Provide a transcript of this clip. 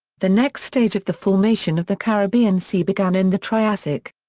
the next stage of the formation of the caribbean sea began in the triassic.